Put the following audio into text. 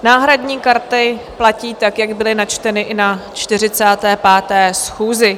Náhradní karty platí tak, jak byly načteny i na 45. schůzi.